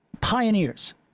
pioneers